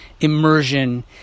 immersion